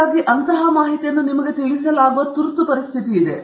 ಹಾಗಾಗಿ ಆ ಮಾಹಿತಿಯನ್ನು ನಿಮಗೆ ತಿಳಿಸಲಾಗುವ ತುರ್ತುಸ್ಥಿತಿ ಇದೆ